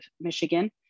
Michigan